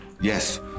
Yes